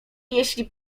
jeśli